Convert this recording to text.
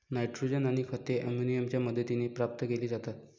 nitrogen आणि खते अमोनियाच्या मदतीने प्राप्त केली जातात